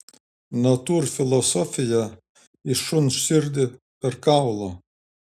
natūrfilosofija į šuns širdį per kaulą